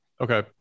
Okay